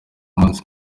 munsi